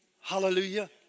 Hallelujah